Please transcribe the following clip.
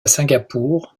singapour